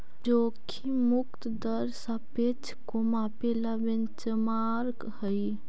जोखिम मुक्त दर सापेक्ष को मापे ला बेंचमार्क हई